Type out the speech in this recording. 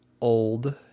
Old